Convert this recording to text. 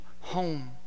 home